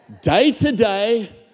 day-to-day